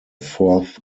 fourth